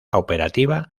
operativa